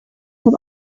have